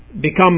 become